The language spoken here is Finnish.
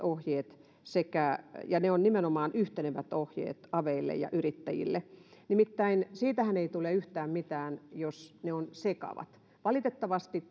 ohjeet ja ne ovat nimenomaan yhtenevät ohjeet aveille ja yrittäjille nimittäin siitähän ei tule yhtään mitään jos ne ovat sekavat valitettavasti